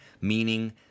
meaning